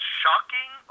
shocking